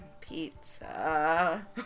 Pizza